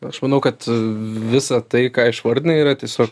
aš manau kad visą tai ką išvardinai yra tiesiog